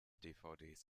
dvds